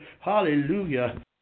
Hallelujah